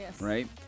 right